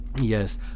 Yes